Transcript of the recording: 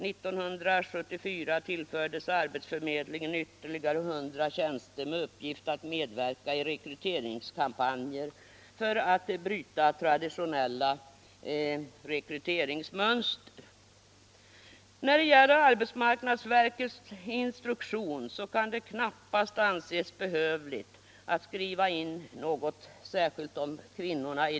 1974 tillfördes arbetsförmedlingen ytterligare 100 tjänster med uppgift att medverka i rekryteringskampanjer för att bryta traditionella rekryteringsmönster. När det gäller arbetsmarknadsverkets instruktion så kan det knappast anses behövligt att skriva in något om kvinnorna.